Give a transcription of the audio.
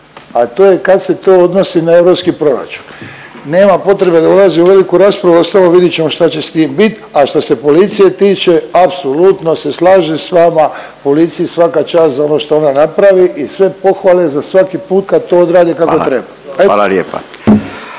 A to je kad se to odnosi na europski proračun. Nema potrebe da ulazim u veliku raspravu, uostalom vidjet ćemo šta će s tim bit, a što se policije tiče apsolutno se slažem s vama, policiji svaka čast za ovo šta ona napravi i sve pohvale za svaki put kad to odrade kako treba. **Radin,